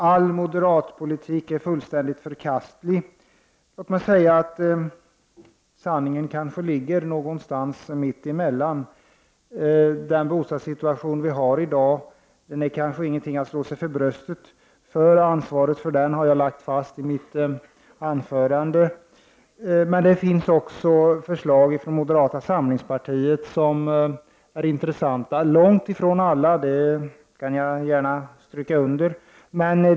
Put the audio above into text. All moderat bostadspolitik har varit fullkomligt förkastlig, har det sagts. Men sanningen ligger kanske någonstans mitt emellan. Dagens bostadssituation är nog inget att slå sig för bröstet för. Ansvaret för den förda politiken har jag lagt fast i mitt anförande. Det finns faktiskt förslag från moderata samlingspartiet som är intressanta. Jag kan gärna stryka under att alla deras förslag inte är det.